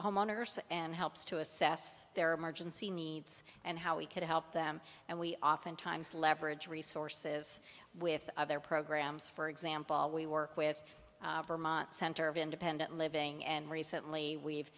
homeowners and helps to assess their emergency needs and how we could help them and we oftentimes leverage resources with other programs for example we work with the center of independent living and recently we've